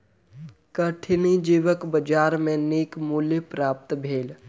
कठिनी जीवक बजार में नीक मूल्य प्राप्त भेल